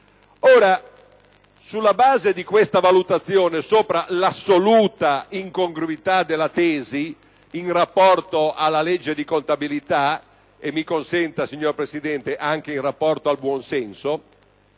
Sulla base della valutazione circa l'assoluta incongruità della tesi in rapporto alla legge di contabilità - e mi consenta, signor Presidente, anche in rapporto al buonsenso